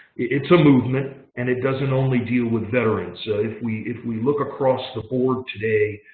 it's a movement and it doesn't only deal with veterans. if we if we look across the board today,